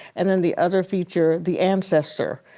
and then the other feature, the ancestor,